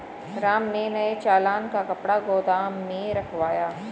राम ने नए चालान का कपड़ा गोदाम में रखवाया